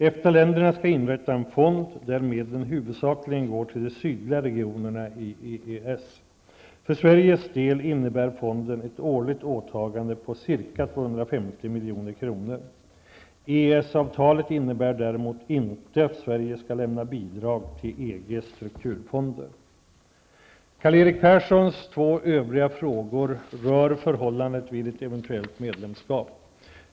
EFTA-länderna skall inrätta en fond där medlen huvudsakligen går till de sydliga regionerna i EES. För Sveriges del innebär fonden ett årligt åtagande på ca 250 milj.kr. EES avtalet innebär däremot inte att Sverige skall lämna bidrag till EGs strukturfonder. Karl-Erik Perssons två övriga frågor rör förhållandet vid ett eventuellt medlemskap.